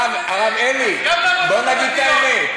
הרב אלי, בוא נגיד את האמת.